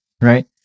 right